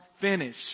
finish